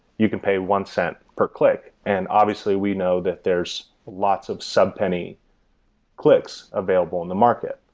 you can pay one cent per click. and obviously, we know that there's lots of sub-penny clicks available in the market.